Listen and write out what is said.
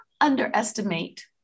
underestimate